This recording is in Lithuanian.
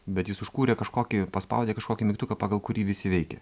bet jis užkūrė kažkokį paspaudė kažkokį mygtuką pagal kurį visi veikė